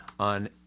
On